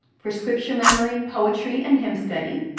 for scripture memory, poetry, and hymn study,